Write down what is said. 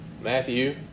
Matthew